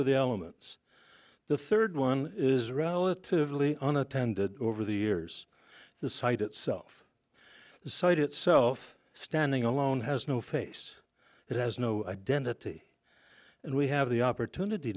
of the elements the third one is relatively on attended over the years the site itself site itself standing alone has no face it has no identity and we have the opportunity